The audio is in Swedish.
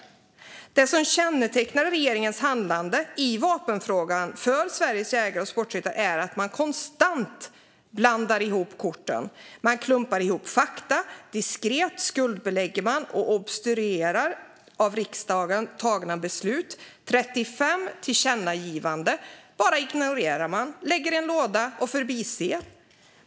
Det som kännetecknar regeringens handlande i vapenfrågan är att man konstant blandar ihop korten. Man klumpar ihop fakta, skuldbelägger och obstruerar beslut fattade av riksdagen. Man har ignorerat 35 tillkännagivanden.